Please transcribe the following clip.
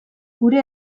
gure